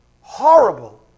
horrible